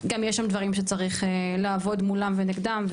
גם יש דברים שצריך לעבוד מולם ונגדם.